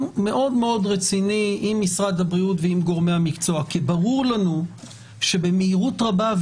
מאוד רציני עם משרד הבריאות ועם גורמי המקצוע כי ברור לנו שבמהירות רבה,